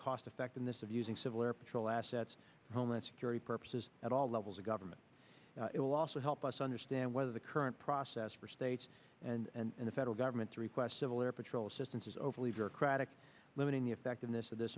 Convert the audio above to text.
cost effectiveness of using civil air patrol assets homeland security purposes at all levels of government it will also help us understand whether the current process for states and the federal government to request civil air patrol assistance is over leader craddick limiting the effectiveness of this